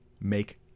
make